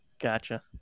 Gotcha